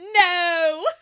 No